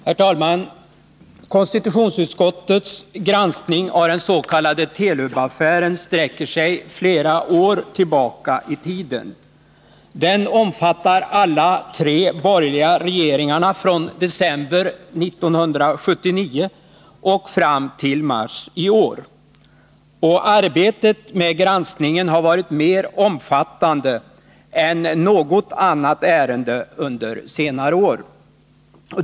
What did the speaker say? Herr talman! Konstitutionsutskottets granskning av den s.k. Telubaffären sträcker sig flera år tillbaka i tiden. Den omfattar alla de tre borgerliga regeringarna från december 1977 och fram till mars i år. Arbetet med granskningen har varit mer omfattande än något annat ärende under senare år.